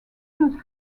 not